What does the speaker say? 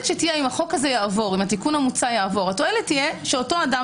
אם התיקון המוצע יעבור התועלת תהיה שאותו אדם